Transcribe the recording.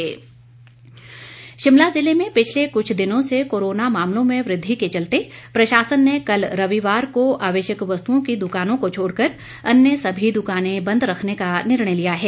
बाजार बंद शिमला जिले में पिछले कुछ दिनों से कोरोना मामलों में वृद्धि के चलते प्रशासन ने कल रविवार को आवश्यक वस्तुओं की दुकानों को छोड़कर अन्य सभी दुकानें बंद रखने का निर्णय लिया है